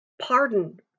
pardon